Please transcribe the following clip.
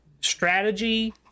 strategy